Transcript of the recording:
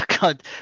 god